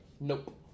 Nope